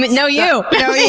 but no, you! no,